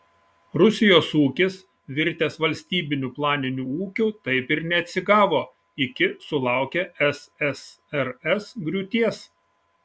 rusijos ūkis virtęs valstybiniu planiniu ūkiu taip ir neatsigavo iki sulaukė ssrs griūties